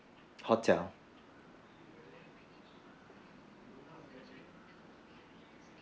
hotel